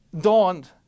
dawned